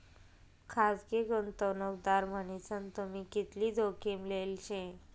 खासगी गुंतवणूकदार मन्हीसन तुम्ही कितली जोखीम लेल शे